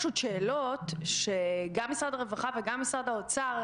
שאלות שגם משרד הרווחה, וגם משרד האוצר